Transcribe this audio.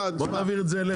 בוא נעביר את זה אליך.